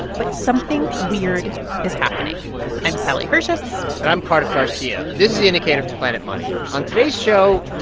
but something weird is happening i'm sally herships and i'm cardiff garcia. this is the indicator from planet money. on today's show,